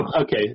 okay